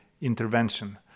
intervention